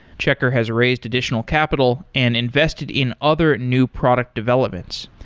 checkr has raised additional capital and invested in other new product developments.